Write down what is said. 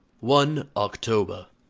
one october.